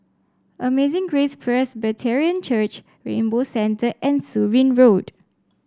Amazing Grace Presbyterian Church Rainbow Center and Surin Road